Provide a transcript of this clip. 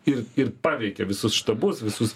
ir ir paveikė visus štabus visus